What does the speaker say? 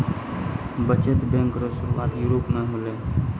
बचत बैंक रो सुरुआत यूरोप मे होलै